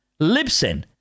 Libsyn